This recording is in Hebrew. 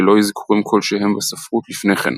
ללא אזכורים כלשהם בספרות לפני כן,